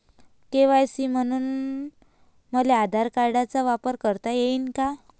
KYC म्हनून मले आधार कार्डाचा वापर करता येईन का?